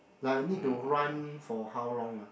like need to run for how long ah